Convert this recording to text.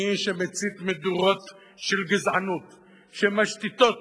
מי שמצית מדורות של גזענות שמשתיתות